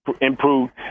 improved